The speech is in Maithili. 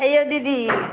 हेयौ दीदी